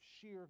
sheer